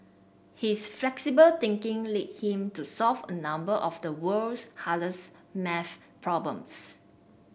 his flexible thinking led him to solve a number of the world's hardest math problems